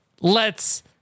lets